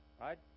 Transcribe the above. right